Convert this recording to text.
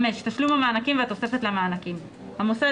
תשלום המענקים והתוספת למענקים המוסד